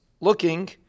looking